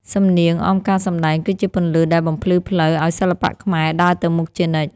សំនៀងអមការសម្ដែងគឺជាពន្លឺដែលបំភ្លឺផ្លូវឱ្យសិល្បៈខ្មែរដើរទៅមុខជានិច្ច។